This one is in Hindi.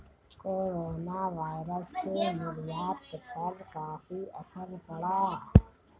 कोरोनावायरस से निर्यात पर काफी असर पड़ा